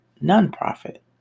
non-profit